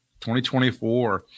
2024